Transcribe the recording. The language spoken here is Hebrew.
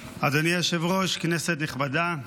היושב-ראש, כנסת נכבדה,